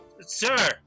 sir